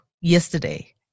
yesterday